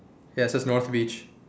ya so it's north beach